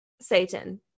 satan